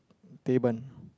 Teban